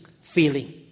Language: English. feeling